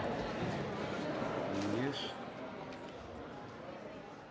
vis.